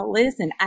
listen